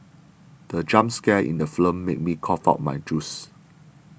the jump scare in the film made me cough out my juice